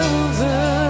over